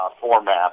format